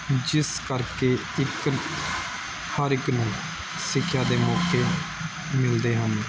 ਜਿਸ ਕਰਕੇ ਇੱਕ ਹਰ ਇੱਕ ਨੂੰ ਸਿੱਖਿਆ ਦੇ ਮੌਕੇ ਮਿਲਦੇ ਹਨ